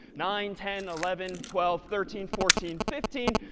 nine, ten, eleven, twelve, thirteen, fourteen, fifteen,